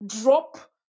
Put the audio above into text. drop